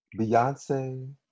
Beyonce